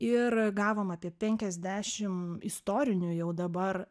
ir gavom apie penkiasdešim istorinių jau dabar